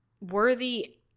worthy